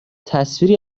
تصویری